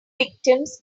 victims